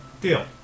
Deal